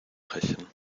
rächen